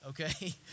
okay